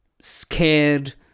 scared